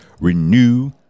renew